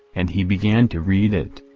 and he began to read it.